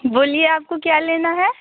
बोलिए आपको क्या लेना है